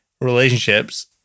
relationships